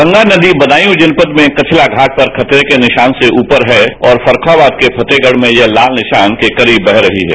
गंगा नदी बदायूं जनपद में कचला घाट पर खतरे के निशान से ऊपर है और फर्रुखाबाद के फतेहगढ में यह लाल निशान के करीब बह रही है